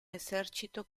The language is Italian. esercito